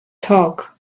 talk